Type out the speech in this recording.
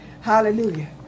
Hallelujah